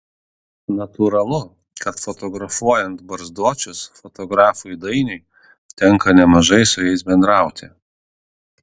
natūralu kad fotografuojant barzdočius fotografui dainiui tenka nemažai su jais bendrauti